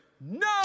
no